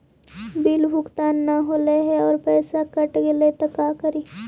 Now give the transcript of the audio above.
Bill भुगतान न हौले हे और पैसा कट गेलै त का करि?